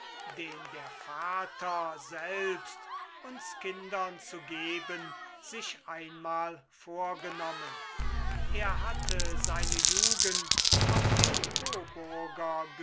den der vater selbst uns kindern zu geben sich einmal vorgenommen er hatte seine jugend auf dem koburger